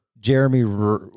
Jeremy